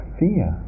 fear